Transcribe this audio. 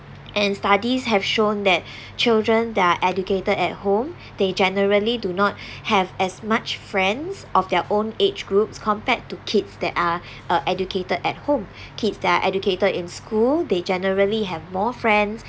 and studies have shown that children that are educated at home they generally do not have as much friends of their own age group compared to kids that are uh educated at home kids that are educated in school they generally have more friends